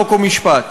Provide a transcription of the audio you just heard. חוק ומשפט.